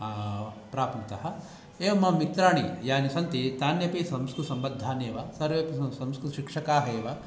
प्राप्नुतः एवं मम मित्राणि यानि सन्ति तान्यपि संस्कृतसम्बद्धानि एव सर्वेपि संस्कृतशिक्षकाः एव